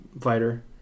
fighter